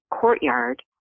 courtyard